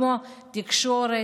כמו תקשורת,